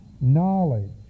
knowledge